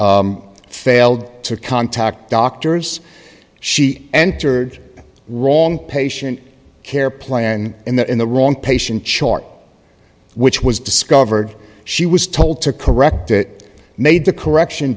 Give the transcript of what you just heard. failed to contact doctors she entered wrong patient care plan in the wrong patient chart which was discovered she was told to correct it made the correction